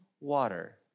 water